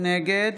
נגד